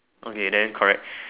okay then correct